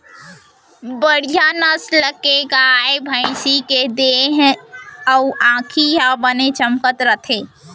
बड़िहा नसल के गाय, भँइसी के देहे अउ आँखी ह बने चमकत रथे